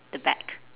the back